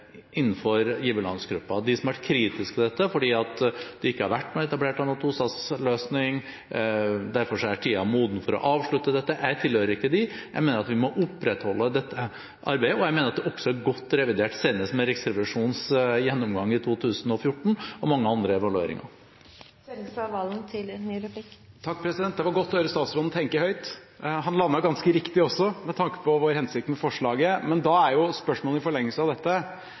de som har vært kritisk til dette fordi det ikke har vært etablert noen tostatsløsning, og derfor er tiden moden for å avslutte dette. Jeg tilhører ikke dem. Jeg mener at vi må opprettholde dette arbeidet, og jeg mener at det også er godt revidert, senest med Riksrevisjonens gjennomgang i 2014 og mange andre evalueringer. Det var godt å høre utenriksministeren tenke høyt. Han landet ganske riktig også, med tanke på vår hensikt med forslaget. Men da er spørsmålet i forlengelsen av dette